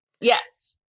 Yes